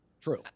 True